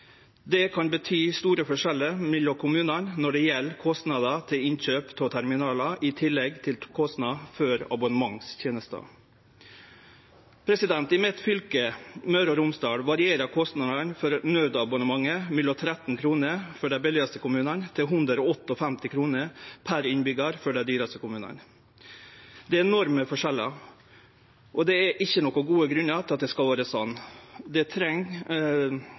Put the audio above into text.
Det kan bety store forskjellar mellom kommunane når det gjeld kostnader til innkjøp av terminalar, i tillegg til kostnadene for abonnementstenesta. I mitt fylke, Møre og Romsdal, varierer kostnadene for naudnettabonnementet frå 13 kr per innbyggjar for dei billigaste kommunane til 158 kr for dei dyraste kommunane. Det er enorme forskjellar, og det er ingen gode grunnar til at det skal vere sånn. Det